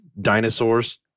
Dinosaurs